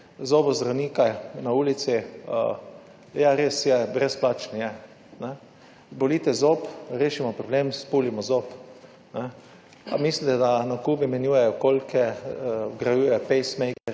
zobozdravnike na ulici. Ja, res je, brezplačen je. Boli te zob, rešimo problem, spulimo zob. Ali mislite, da na Kubi menjujejo kolke, vgrajuje pacemaker,